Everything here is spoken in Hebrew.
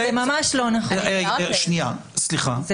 אנחנו ממשיכים את